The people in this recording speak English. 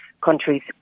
countries